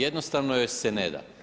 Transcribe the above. Jednostavno joj se neda.